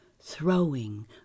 throwing